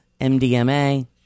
MDMA